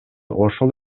ошол